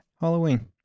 halloween